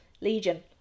Legion